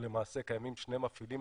למעשה קיימים שני מפעילים,